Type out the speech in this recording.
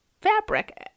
fabric